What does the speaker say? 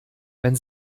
wenn